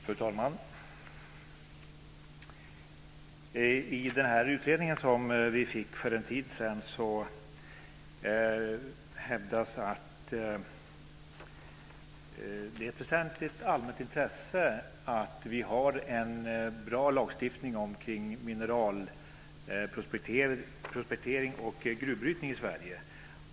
Fru talman! I den utredning som vi fick för en tid sedan hävdas det att det är ett väsentligt allmänt intresse att vi har en bra lagstiftning vad gäller mineralprospektering och gruvbrytning i Sverige.